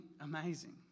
amazing